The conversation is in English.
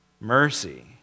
Mercy